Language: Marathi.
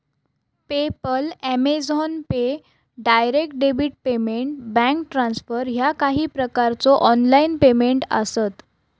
PayPal, Amazon pay, direct debit payment, bank transfer ह्या काही प्रकारचो ऑनलाइन पेमेंट आसत